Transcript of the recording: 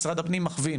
משרד הפנים מכווין,